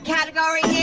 Category